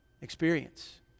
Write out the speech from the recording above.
experience